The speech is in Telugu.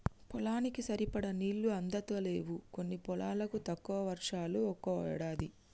పొలానికి సరిపడా నీళ్లు అందుతలేవు కొన్ని పొలాలకు, తక్కువ వర్షాలు ఒక్కో ఏడాది